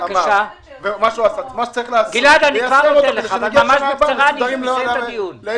מה שצריך לעשות הוא ליישם אותם כדי שבשנה הבאה נגיע מסודרים להילולה,